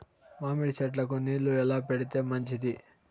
మామిడి చెట్లకు నీళ్లు ఎట్లా పెడితే మంచిది?